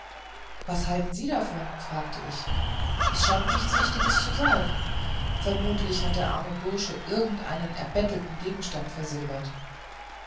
was halten sie davon fragte ich es scheint nichts wichtiges zu sein vermutlich hat der arme bursche irgendeinen erbettelten gegenstand versilbert